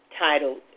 titled